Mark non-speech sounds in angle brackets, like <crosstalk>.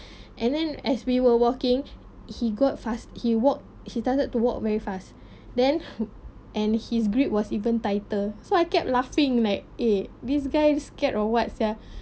and then as we were walking he got fast he walk he started to walk very fast <breath> then <laughs> and his grip was even tighter so I kept laughing like eh this guy scared or what sia